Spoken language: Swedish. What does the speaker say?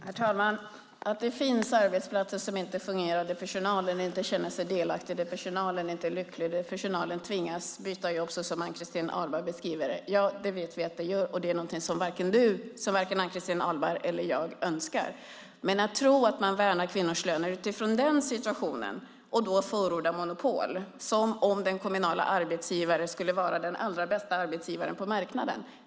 Herr talman! Vi vet att det finns arbetsplatser som inte fungerar och där personalen inte känner sig delaktig, där personalen inte är lycklig och tvingas byta jobb, som Ann-Christin Ahlberg beskriver. Det är inget som vare sig Ann-Christin Ahlberg eller jag önskar. Jag tror inte på att värna kvinnors löner utifrån den situationen och förorda monopol som om en kommunal arbetsgivare skulle vara den allra bästa på marknaden.